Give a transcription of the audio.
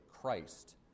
Christ